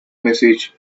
messages